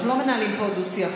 אנחנו לא מנהלים פה דו-שיח.